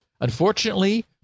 Unfortunately